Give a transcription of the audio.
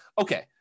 okay